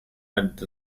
added